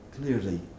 clearly